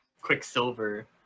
Quicksilver